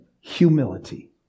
humility